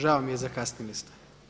Žao mi je zakasnili ste.